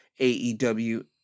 AEW